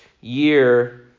year